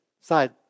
Side